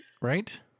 right